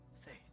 faith